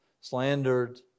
slandered